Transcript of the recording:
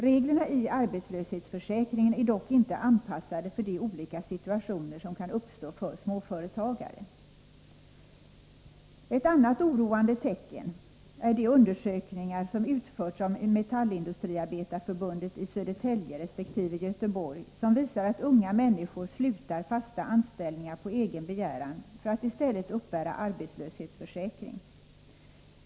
Reglerna i arbetslöshetsförsäkringen är dock inte anpassade för de olika situationer som kan uppstå för småföretagare. Ett annat oroande tecken är de undersökningar som utförts av Metallindustriarbetareförbundet i Södertälje resp. Göteborg och som visar att unga människor slutar fasta anställningar på egen begäran för att i stället uppbära arbetslöshetsförsäkring.